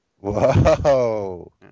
Whoa